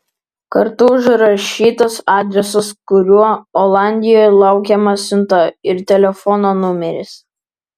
kartu užrašytas adresas kuriuo olandijoje laukiama siunta ir telefono numeris